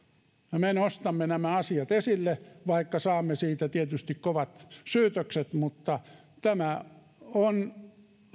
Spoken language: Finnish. ja me nostamme nämä asiat esille vaikka saamme siitä tietysti kovat syytökset mutta on